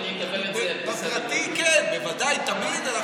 אני אקבל את זה, בפרטי כן, בוודאי, תמיד.